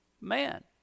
man